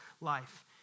life